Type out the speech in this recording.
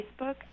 Facebook